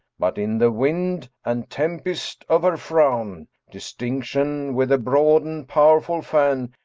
but in the wind and tempest of her frown distinction, with a broad and powerful fan,